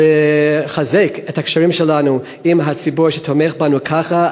לחזק את הקשרים שלנו עם הציבור שתומך בנו ככה,